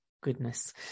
goodness